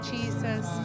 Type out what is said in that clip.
Jesus